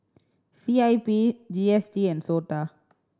C I P G S T and SOTA